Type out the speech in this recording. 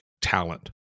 talent